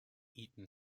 eaten